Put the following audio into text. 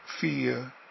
fear